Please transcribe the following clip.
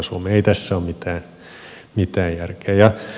ei tässä ole mitään järkeä